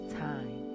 time